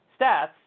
stats